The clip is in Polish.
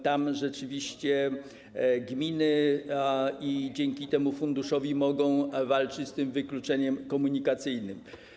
Tam rzeczywiście gminy dzięki temu funduszowi mogą walczyć z wykluczeniem komunikacyjnym.